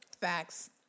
Facts